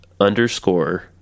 underscore